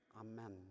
Amen